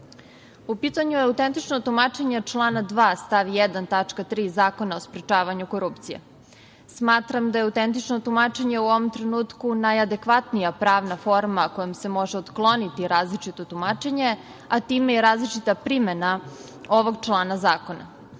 U pitanju je autentično tumačenje člana 2. stav 1. tačka 3. Zakona o sprečavanju korupcije. Smatram da je autentično tumačenje u ovom trenutku najadekvatnija pravna forma kojom se može otkloniti različito tumačenje, a time i različita primena ovog člana zakona. Drugi